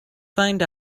find